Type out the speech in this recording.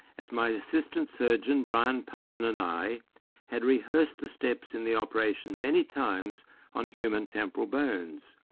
as my assistant surgeon brian pyman and i had rehearsed the steps in the operation many times on human temporal bones.